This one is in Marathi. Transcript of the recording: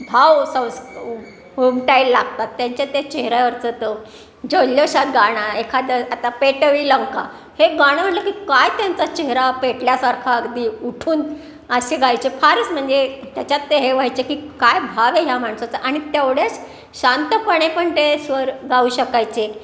भाव संस् उमटायला लागतात त्यांच्या त्या चेहऱ्यावरचा तो जल्लोषात गाणं एखादं आता पेटवी लंका हे गाणं म्हटलं की काय त्यांचा चेहरा पेटल्यासारखा अगदी उठून असे गायचे फारच म्हणजे त्याच्यात ते हे व्हायचे की काय भाव आहे ह्या माणसाचा आणि तेवढेच शांतपणे पण ते स्वर गाऊ शकायचे